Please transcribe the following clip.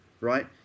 right